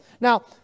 Now